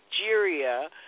Nigeria